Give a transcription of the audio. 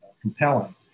compelling